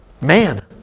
Man